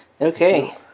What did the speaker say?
okay